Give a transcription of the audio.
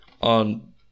on